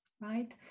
Right